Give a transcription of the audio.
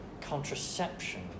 contraception